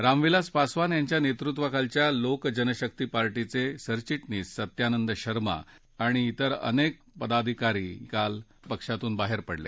रामविलास पासवान यांच्या नेतृत्वाखालच्या लोक जनशक्ती पार्टीचे सरचिटणीस सत्यानंद शर्मा त्रिर अनेक पदाधिका यांसह काल पक्षातून बाहेर पडले